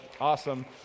awesome